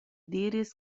diris